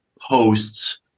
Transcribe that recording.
posts